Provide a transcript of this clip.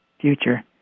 future